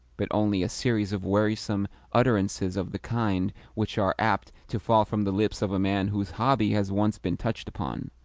but only a series of wearisome utterances of the kind which are apt to fall from the lips of a man whose hobby has once been touched upon.